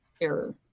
error